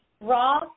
raw